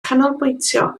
canolbwyntio